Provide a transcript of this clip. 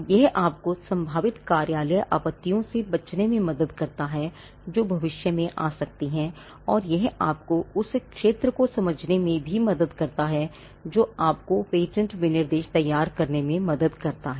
यह आपको संभावित कार्यालय आपत्तियों से बचने में मदद करता है जो भविष्य में आ सकती हैं और यह आपको उस क्षेत्र को समझने में भी मदद करता है जो आपको पेटेंट विनिर्देश तैयार करने में मदद करता है